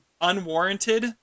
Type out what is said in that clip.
unwarranted